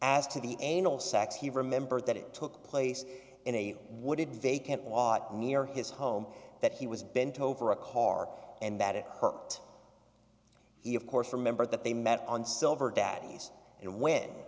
asked to the anal sex he remembered that it took place in a wooded vacant lot near his home that he was bent over a car and that it hurt he of course remember that they met on silver daddy's and w